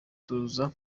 tuza